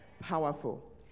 Powerful